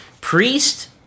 Priest